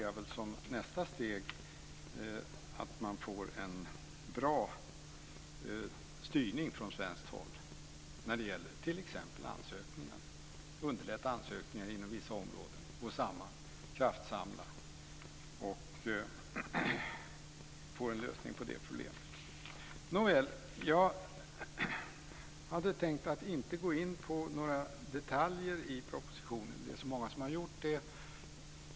Jag ser det som nästa steg att det blir en bra styrning från svenskt håll när det gäller t.ex. ansökningarna: att underlätta ansökningarna inom vissa områden, gå samman och kraftsamla och få en lösning på det problemet. Jag hade tänkt att inte gå in på några detaljer i propositionen - det är så många som har gjort det.